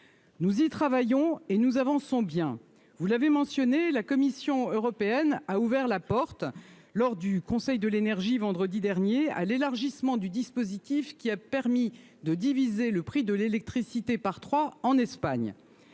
Nous y travaillons et nous avançons bien vous l'avez mentionné la Commission européenne a ouvert la porte lors du conseil de l'énergie, vendredi dernier à l'élargissement du dispositif qui a permis de diviser le prix de l'électricité par 3 en Espagne,